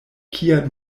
kian